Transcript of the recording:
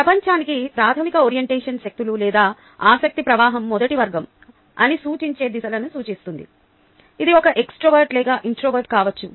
ప్రపంచానికి ప్రాథమిక ఓరియంటేషన్ శక్తులు లేదా ఆసక్తి ప్రవాహం మొదటి వర్గం అని సూచించే దిశలను సూచిస్తుంది ఇది ఒక ఎక్స్ట్రావర్ట్ లేదా ఇన్ట్రావర్ట్ కావచ్చు